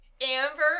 Amber